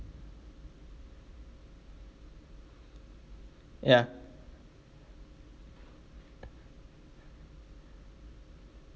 ya